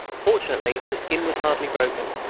fortunately the skin was hardly broken.